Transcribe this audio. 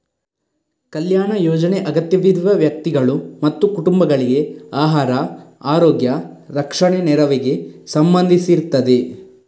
ಕಲ್ಯಾಣ ಯೋಜನೆ ಅಗತ್ಯವಿರುವ ವ್ಯಕ್ತಿಗಳು ಮತ್ತು ಕುಟುಂಬಗಳಿಗೆ ಆಹಾರ, ಆರೋಗ್ಯ, ರಕ್ಷಣೆ ನೆರವಿಗೆ ಸಂಬಂಧಿಸಿರ್ತದೆ